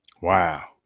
wow